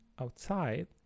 outside